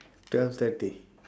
twelve thirty